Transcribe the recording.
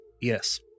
Yes